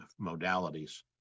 modalities